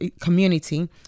community